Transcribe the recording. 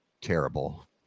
terrible